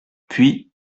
puis